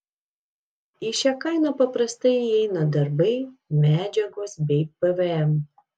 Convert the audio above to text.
į šią kainą paprastai įeina darbai medžiagos bei pvm